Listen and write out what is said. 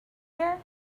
here